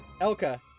Elka